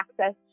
access